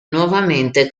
nuovamente